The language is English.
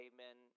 Amen